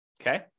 okay